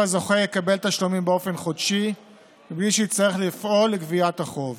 שלפיו הזוכה יקבל תשלומים באופן חודשי מבלי שיצטרך לפעול לגביית החוב.